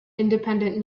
independent